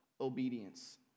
obedience